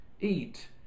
Eat